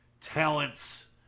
talents